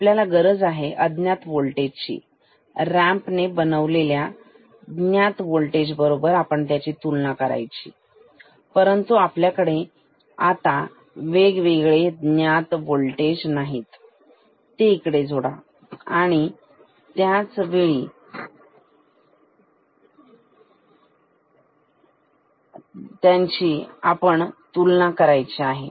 आपल्याला गरज आहे अज्ञात व्होल्टेज ची रॅम्प ने बनवलेल्या ज्ञात व्होल्टेज बरोबर तुलना करण्याची परंतु आपल्याकडे वेगवेगळे ज्ञात व्होल्टेज आहेत ते इकडे जोडा आणि त्याच वेळी त्यांची आपण तुलना करायची आहे